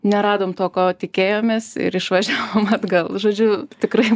neradom to ko tikėjomės ir išvažiavom atgal žodžiu tikrai